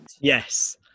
Yes